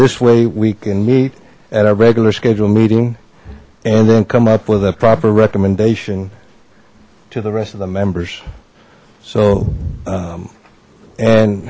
this way we can meet at a regular scheduled meeting and then come up with a proper recommendation to the rest of the members so